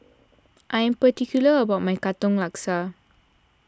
I am particular about my Katong Laksa